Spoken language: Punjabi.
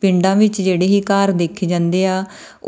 ਪਿੰਡਾਂ ਵਿੱਚ ਜਿਹੜੇ ਹੀ ਘਰ ਦੇਖੇ ਜਾਂਦੇ ਆ